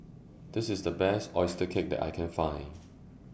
This IS The Best Oyster Cake that I Can Find